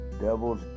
devil's